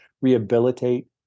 rehabilitate